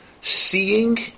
seeing